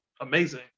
amazing